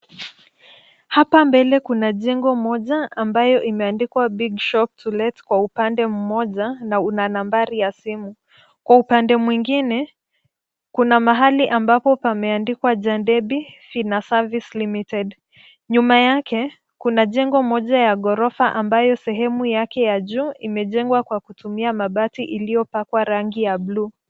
Hapa mbele kuna jengo moja ambayo limeandikwa BigShop To Let kwa upande mmoja na lina nambari ya simu. Kwa upande mwingine, kuna mahali ambapo pameandikwa (Jandebi finer Service Limited). Nyuma yake, kuna jengo moja ya ghorofa ambalo sehemu yake ya juu imejengwa kwa kutumia mabati iliyopakwa rangi ya buluu.